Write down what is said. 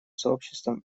сообществом